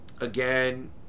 again